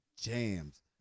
jams